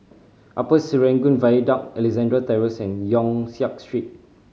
Upper Serangoon Viaduct Alexandra Terrace and Yong Siak Street